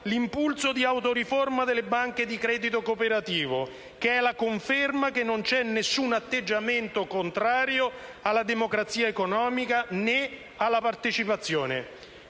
l'impulso di autoriforma delle banche di credito cooperativo, che è la conferma che non vi è alcun atteggiamento contrario alla democrazia economica né alla partecipazione.